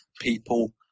people